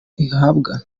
ihabwa